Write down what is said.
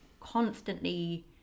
constantly